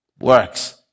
works